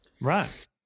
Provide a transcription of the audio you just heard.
Right